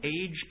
age